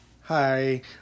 Hi